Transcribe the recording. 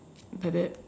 like that